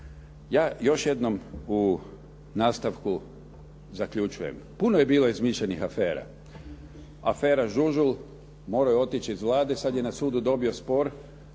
Ja još jednom u nastavku zaključujem. Puno je bilo izmišljenih afera. Afera Žužul, moralo je otići iz Vlade, sada je na sudu dobio spor,